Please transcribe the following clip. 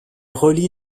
relie